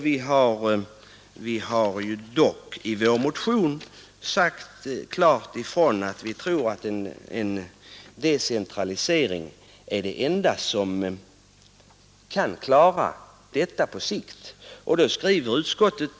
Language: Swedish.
Vi har dock i vår motion klart sagt ifrån att vi tror att en decentralisering är det enda sättet att klara detta på längre sikt.